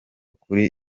kuri